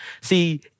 See